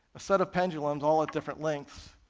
a set of pendulums all at different lengths,